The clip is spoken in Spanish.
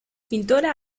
pintora